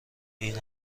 این